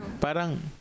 Parang